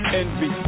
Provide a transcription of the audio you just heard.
envy